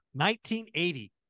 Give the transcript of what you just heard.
1980